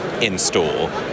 in-store